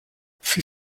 für